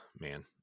man